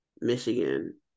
Michigan